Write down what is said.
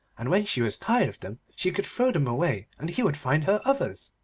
and when she was tired of them, she could throw them away, and he would find her others.